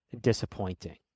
disappointing